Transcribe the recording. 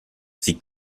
sie